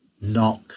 knock